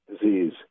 disease